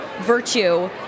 virtue